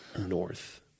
north